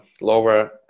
lower